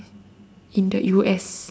in the U_S